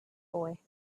boy